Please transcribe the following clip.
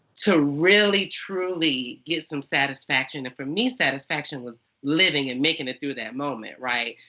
to really, truly get some satisfaction. and for me, satisfaction was living and making it through that moment. right?